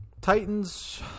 Titans